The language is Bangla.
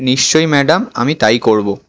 নিশ্চয়ই ম্যাডাম আমি তাই করবো